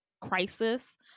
crisis